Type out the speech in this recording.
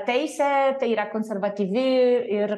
teisė tai yra konservatyvi ir